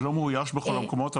זה לא מאויש בכל המקומות,